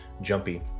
jumpy